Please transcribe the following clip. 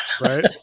Right